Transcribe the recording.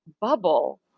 bubble